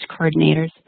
coordinators